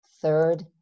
third